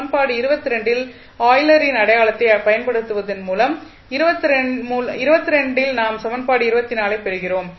சமன்பாடு ல் யூலரின் Euler's அடையாளத்தைப் பயன்படுத்துவதன் மூலம் நாம் சமன்பாடு ஐ பெறுகிறோம்